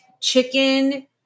chicken